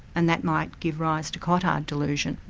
and that might give rise to cotard delusion.